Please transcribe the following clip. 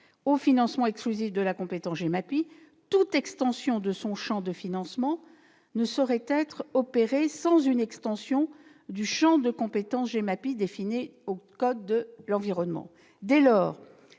au financement exclusif de la compétence GEMAPI, toute extension de son champ de financement ne saurait être opérée sans une extension du champ de compétence GEMAPI défini dans le code de l'environnement. On vient